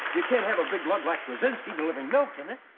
you can't have a big lug like rezinsky delivering milk in it.